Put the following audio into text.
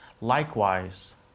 Likewise